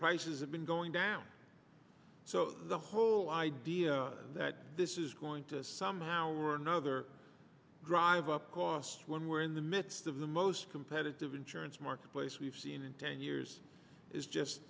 prices have been going down so the whole idea that this is going to somehow or another drive up costs when we're in the midst of the most competitive insurance marketplace we've seen in ten years is just